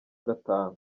gatanu